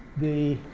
the